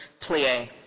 plie